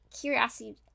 curiosity